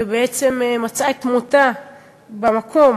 ובעצם מצאה את מותה במקום.